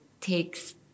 takes